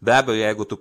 be abejo jeigu tu